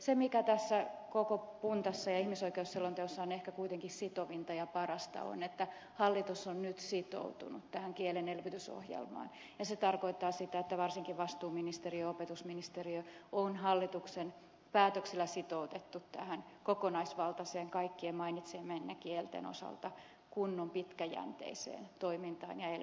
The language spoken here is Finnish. se mikä tässä koko puntassa ja ihmisoikeusselonteossa on ehkä kuitenkin sitovinta ja parasta on se että hallitus on nyt sitoutunut tähän kielen elvytysohjelmaan ja se tarkoittaa sitä että varsinkin vastuuministeriö ja opetusministeriö on hallituksen päätöksellä sitoutettu tähän kokonaisvaltaiseen kaikkien mainitsemienne kielten osalta kunnon pitkäjänteiseen toimintaan ja elvyttämiseen